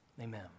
Amen